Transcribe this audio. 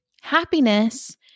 Happiness